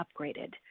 upgraded